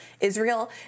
Israel